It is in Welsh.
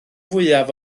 fwyaf